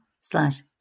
slash